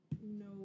no